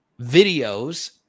videos